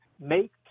make